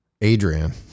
Adrian